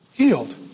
Healed